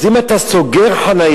אז אם אתה סוגר חנייה,